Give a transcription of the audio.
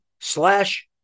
slash